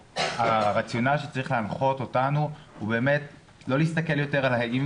הרציונל שצריך להנחות אותנו הוא לא להסתכל יותר האם